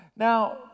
Now